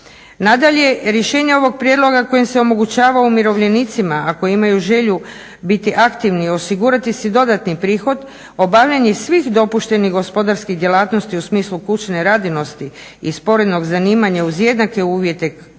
Nadalje, rješenje ovog prijedloga kojim se omogućava umirovljenicima ako imaju želju biti aktivni, osigurati si dodatni prihod obavljanje svih dopuštenih gospodarskih djelatnosti u smislu kućne radinosti i sporednog zanimanja uz jednake uvjete kao